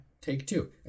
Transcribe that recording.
Take-Two